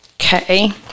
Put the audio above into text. Okay